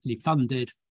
funded